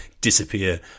disappear